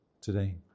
today